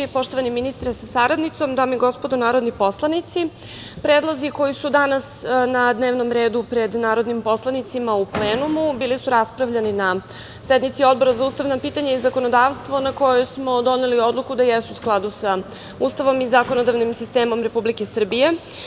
Poštovani ministre sa saradnicom, dame i gospodo narodni poslanici, predlozi koji su danas na dnevnom redu pred narodnim poslanicima u plenumu bili su raspravljani na sednici Odbora za ustavna pitanja i zakonodavstvo, a na kojoj smo doneli odluku da jesu u skladu sa Ustavom i zakonodavnim sistemom Republike Srbije.